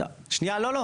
לא, לא.